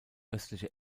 östliche